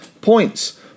points